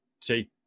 take